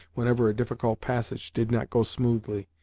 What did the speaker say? whenever a difficult passage did not go smoothly,